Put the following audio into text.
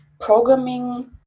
programming